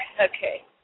Okay